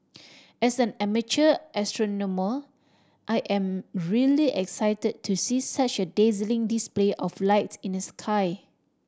as an amateur astronomer I am really excited to see such a dazzling display of lights in the sky